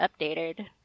updated